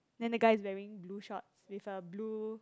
then the guy is wearing blue shorts with a blue